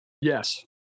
Yes